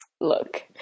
look